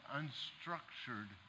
unstructured